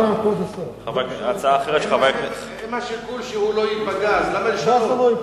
אם, זה לא ייפגע, למה לשנות?